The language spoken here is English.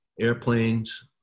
Airplanes